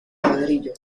ladrillo